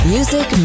Music